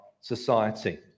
society